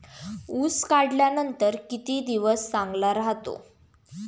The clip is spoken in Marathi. ऊस काढल्यानंतर किती दिवस चांगला राहतो?